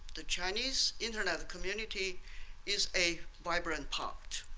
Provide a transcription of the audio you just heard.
the chinese internet community is a vibrant part.